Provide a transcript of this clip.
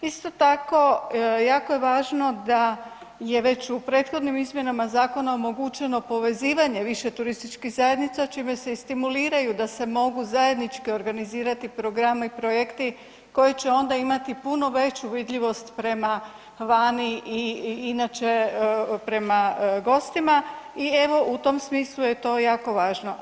Isto tako jako je važno da je već u prethodnim izmjenama zakona omogućeno povezivanje više turističkih zajednica čime se i stimuliraju da se mogu zajednički organizirati i programi i projekti koji će onda imati puno veću vidljivost prema vani i inače prema gostima i evo u tom smislu je to jako važno.